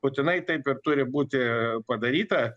būtinai taip ir turi būti padaryta